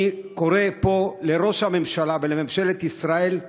אני קורא פה לראש הממשלה ולממשלת ישראל: